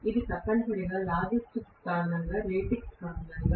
ఇది తప్పనిసరిగా లాజిస్టిక్స్ కారణంగా రేటింగ్స్ కారణంగా